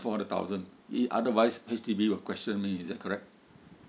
four hundred thousand if otherwise H_D_B will question me is that correct